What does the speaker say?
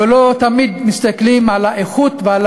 לא תמיד מסתכלים על האיכות ועל